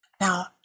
Now